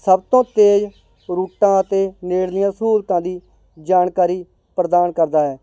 ਸਭ ਤੋਂ ਤੇਜ਼ ਰੂਟਾਂ ਅਤੇ ਨੇੜਲੀਆਂ ਸਹੂਲਤਾਂ ਦੀ ਜਾਣਕਾਰੀ ਪ੍ਰਦਾਨ ਕਰਦਾ ਹੈ